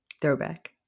throwback